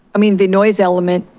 i mean, the noise element